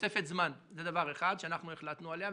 תוספת זמן היא דבר שאנחנו החלטנו עליה,